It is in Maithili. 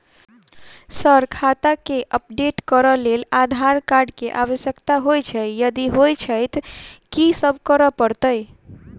सर खाता केँ अपडेट करऽ लेल आधार कार्ड केँ आवश्यकता होइ छैय यदि होइ छैथ की सब करैपरतैय?